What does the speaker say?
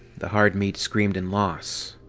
the hard meat screamed in loss.